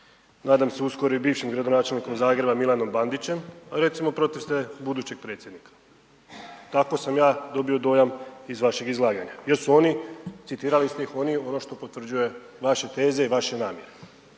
nadam se uskoro i bivšem gradonačelnikom Zagreba Milanom Bandićem, ali recimo protiv ste budućeg Predsjednika, tako sam ja dobio dojam iz vašeg izlaganja jer su oni, citirali ste ih, oni ono što potvrđuje vaše teze i vaše namjere.